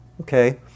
Okay